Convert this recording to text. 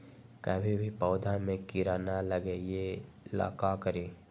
कभी भी पौधा में कीरा न लगे ये ला का करी?